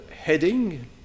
heading